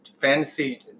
fantasy